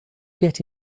get